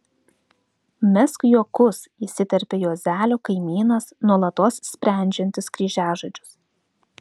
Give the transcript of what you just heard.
mesk juokus įsiterpia juozelio kaimynas nuolatos sprendžiantis kryžiažodžius